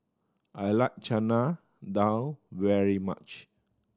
I like Chana Dal very much